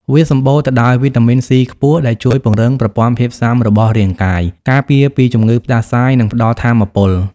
វាសម្បូរទៅដោយ វីតាមីន ស៊ី ខ្ពស់ ដែលជួយពង្រឹងប្រព័ន្ធភាពស៊ាំរបស់រាងកាយ ការពារពីជំងឺផ្តាសាយ និងផ្តល់ថាមពល។